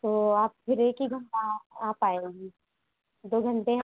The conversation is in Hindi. तो आप फिर एक ही घंटा आ पाएंगी दो घंटे है